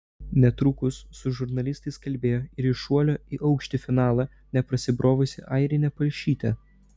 netrukus su žurnalistais kalbėjo ir į šuolio į aukštį finalą neprasibrovusi airinė palšytė